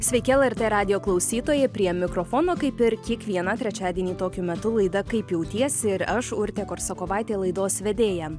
sveiki lrt radijo klausytojai prie mikrofono kaip ir kiekvieną trečiadienį tokiu metu laida kaip jautiesi ir aš urtė korsakovaitė laidos vedėja